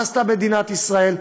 מה עשתה מדינת ישראל?